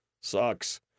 sucks